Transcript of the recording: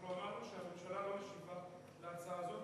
אמרנו שהממשלה לא משיבה על ההצעה הזאת,